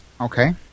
okay